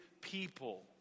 people